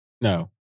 No